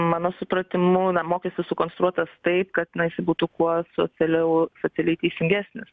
mano supratimu na mokestis sukonstruotas taip kad na jisai būtų kuo socialiau socialiai teisingesnis